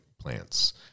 plants